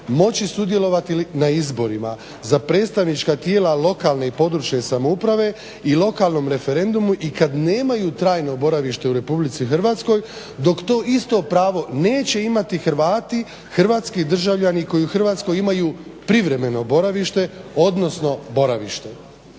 moći sudjelovati na izborima za predstavnička tijela lokalne i područne samouprave i lokalnom referendumu i kad nemaju trajno boravište u Republici Hrvatskoj dok to isto pravo neće imati Hrvati, hrvatski državljani koji u Hrvatskoj imaju privremeno boravište, odnosno boravište.